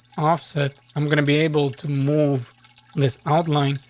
offset. i'm gonna be able to move this outline,